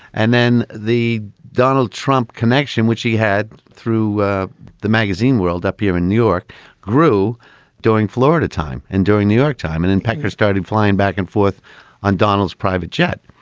and then the donald trump connection which he had through ah the magazine world up here in new york grew doing florida time and doing new york time and then parker started flying back and forth on donald's private jet.